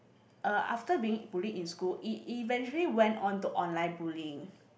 uh after being bullied in school it eventually went on to online bullying